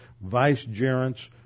vicegerents